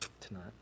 tonight